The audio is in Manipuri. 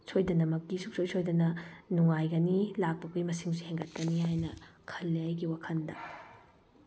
ꯁꯣꯏꯗꯅꯃꯛꯀꯤ ꯁꯨꯡꯁꯣꯏ ꯁꯣꯏꯗꯅ ꯅꯨꯡꯉꯥꯏꯒꯅꯤ ꯂꯥꯛꯄ ꯃꯤ ꯃꯁꯤꯡꯁꯨ ꯍꯦꯟꯒꯠꯀꯅꯤ ꯍꯥꯏꯅ ꯈꯜꯂꯤ ꯑꯩꯒꯤ ꯋꯥꯈꯜꯗ